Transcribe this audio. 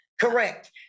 Correct